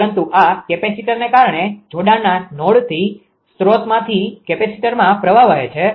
પરંતુ આ કેપેસિટરને કારણે જોડાણના નોડથી સ્ત્રોતમાંથી કેપેસિટરમાં પ્રવાહ વહે છે